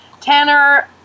Tanner